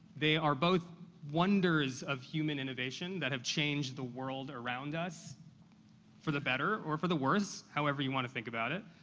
they are both wonders of human innovation that have changed the world around us for the better or for the worse, however you want to think about it.